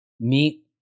Meet